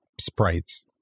sprites